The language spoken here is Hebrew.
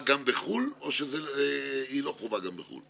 בישראל אינה צריכה לבוא על חשבון האוכלוסיות